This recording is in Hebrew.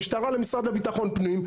המשטרה למשרד לביטחון פנים.